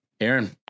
Aaron